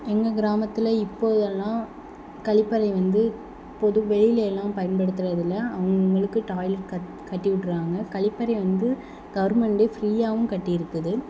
எங்கள் கிராமத்தில் இப்போதெல்லாம் கழிப்பறை வந்து பொது வெளியில் எல்லாம் பயன்படுத்துவது இல்லை அவுங்கவங்களுக்கு டாய்லட் கட் கட்டி விட்ருக்காங்க கழிப்பறை வந்து கவர்மெண்ட்லேயே ஃப்ரீயாகவும் கட்டியிருக்குது